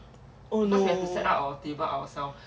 oh no